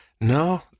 no